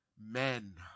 men